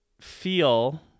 feel